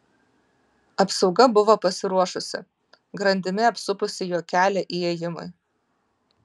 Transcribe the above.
apsauga buvo pasiruošusi grandimi apsupusi jo kelią įėjimui